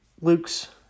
Luke's